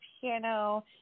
piano